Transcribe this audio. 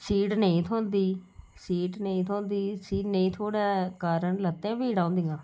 seat नेईं थ्होंदी seat नेईं थ्होंदी सीट नेईं थ्होने कारण लत्तें पीड़ा होंदियां